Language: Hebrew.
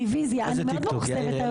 הצבעה לא